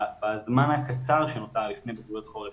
בזמן הקצר שנותר לפני בגרויות חורף,